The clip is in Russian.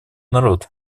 народ